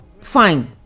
Fine